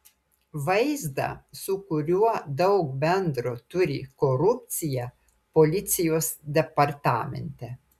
vaizdą su kuriuo daug bendro turi korupcija policijos departamente